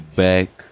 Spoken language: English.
back